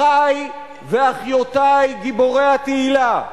אחי ואחיותי גיבורי התהילה,